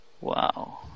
Wow